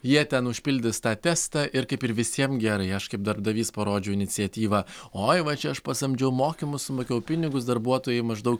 jie ten užpildys tą testą ir kaip ir visiems gerai aš kaip darbdavys parodžiau iniciatyvą oi va čia aš pasamdžiau mokymus sumokėjau pinigus darbuotojai maždaug